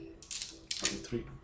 three